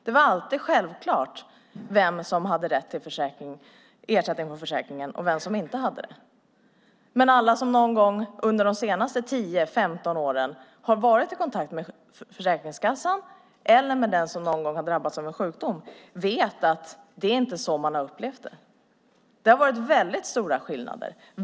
Det var alltid självklart vem som hade rätt till ersättning från försäkringen och vem som inte hade det. Men alla som någon gång under de senaste tio-femton åren har varit i kontakt med Försäkringskassan eller med någon som drabbats av en sjukdom vet att det inte är så man har upplevt det. Det har varit väldigt stora skillnader.